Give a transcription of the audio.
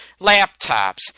laptops